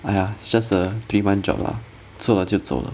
!aiya! it's just a three month job lah 做了就走了